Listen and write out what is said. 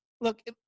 Look